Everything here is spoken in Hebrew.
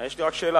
יש לי רק שאלה.